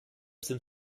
sind